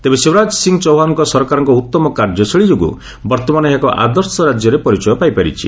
ତେବେ ଶିବରାଜ ସିଂ ଚୌହାନ ସରକାରଙ୍କ ଉଉମ କାର୍ଯ୍ୟଶୈଳୀ ଯୋଗୁଁ ବର୍ତ୍ତମାନ ଏହା ଏକ ଆଦର୍ଶ ରାଜ୍ୟର ପରିଚୟ ପାଇପାରିଛି